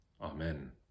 Amen